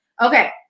okay